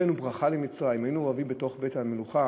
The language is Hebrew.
הבאנו ברכה למצרים, היינו רבים בתוך בית-המלוכה.